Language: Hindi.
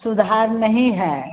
सुधार नहीं है